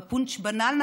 בפונץ'-בננה,